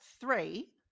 three